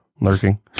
Lurking